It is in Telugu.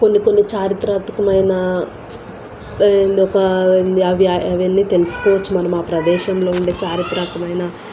కొన్ని కొన్ని చారిత్రాత్మకమైన ఇక అవి అవన్నీ తెలుసుకోవచ్చు మనం ఆ ప్రదేశంలో ఉండే చారిత్రకమైన